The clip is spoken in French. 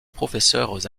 professeurs